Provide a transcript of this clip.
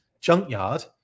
Junkyard